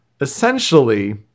essentially